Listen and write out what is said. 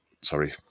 sorry